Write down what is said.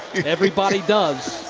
everybody does.